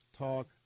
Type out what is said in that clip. talk